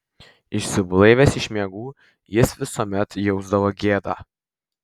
išsiblaivęs iš miegų jis visuomet jausdavo gėdą